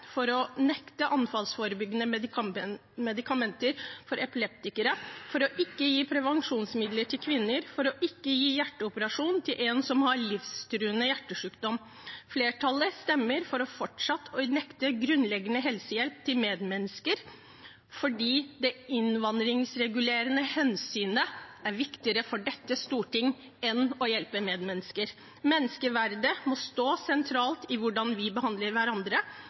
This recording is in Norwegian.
for å nekte anfallsforebyggende medikamenter for epileptikere, for ikke å gi prevensjonsmidler til kvinner, for ikke å gi hjerteoperasjon til en som har en livstruende hjertesykdom. Flertallet stemmer for fortsatt å nekte grunnleggende helsehjelp til medmennesker fordi det innvandringsregulerende hensynet er viktigere for dette storting enn å hjelpe medmennesker. Menneskeverdet må stå sentralt i hvordan vi behandler hverandre.